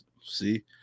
See